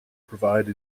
provide